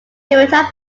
retired